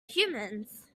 humans